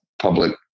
public